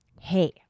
Hey